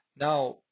Now